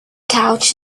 couch